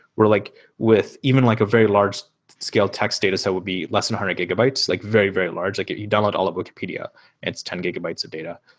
where like with even like a very large scale text data, that so will be less than hundred gigabytes, like very, very large. like you download all of wikipedia, and it's ten gigabytes of data.